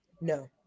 No